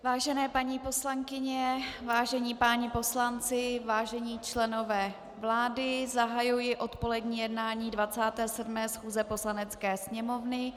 Vážené paní poslankyně, vážení páni poslanci, vážení členové vlády, zahajuji odpolední jednání 27. schůze Poslanecké sněmovny.